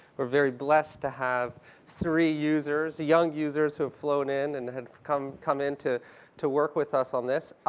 we're very blessed to have three users, three young users who have flown in and have come come in to to work with us on this.